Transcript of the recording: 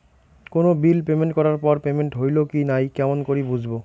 কোনো bill payment করার পর পেমেন্ট হইল কি নাই কেমন করি বুঝবো?